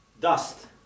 dust